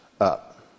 up